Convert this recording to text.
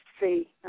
see